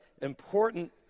important